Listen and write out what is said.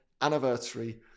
anniversary